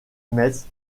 metz